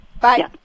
Bye